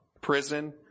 prison